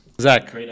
Zach